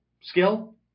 skill